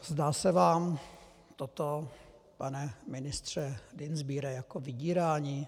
Zdá se vám toto, pane ministře Dienstbiere, jako vydírání?